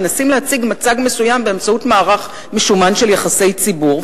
מנסים להציג מצג מסוים באמצעות מערך משומן של יחסי ציבור,